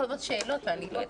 יאיר,